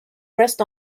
pressed